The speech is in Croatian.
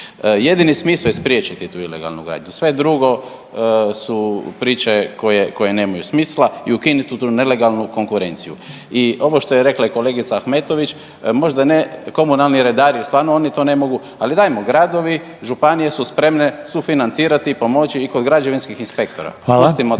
Jedini smisao je spriječiti tu ilegalnu gradnju, sve drugo su priče koje nemaju smisla i ukinuti tu nelegalnu konkurenciju. I ovo što je rekla i kolegica Ahmetović, možda ne komunalni redari jer stvarno oni to ne mogu, ali dajmo gradovi, županije su spremne sufinancirati, pomoći i kod građevinskih inspektora